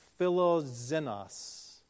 philozenos